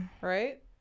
Right